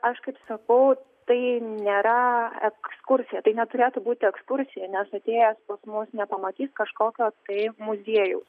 aš kaip sakau tai nėra ekskursija tai neturėtų būti ekskursija nes atėjęs pas mus nepamatys kažkokio tai muziejaus